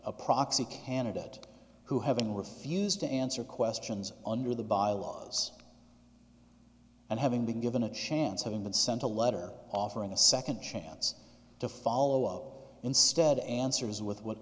a proxy candidate who having refused to answer questions under the byelaws and having been given a chance having been sent a letter offering a second chance to follow up instead answers with what